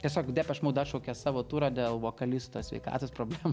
tiesiog depeche mode atšaukė savo turą dėl vokalisto sveikatos problemų